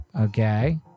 Okay